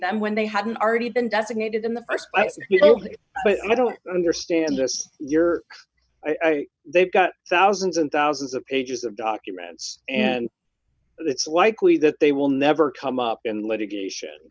them when they hadn't already been designated in the st place and you know i don't understand this you're they've got thousands and thousands of pages of documents and it's likely that they will never come up in litigation